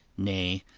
nay,